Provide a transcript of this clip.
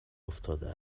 افتاده